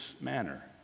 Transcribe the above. manner